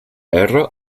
erra